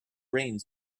rains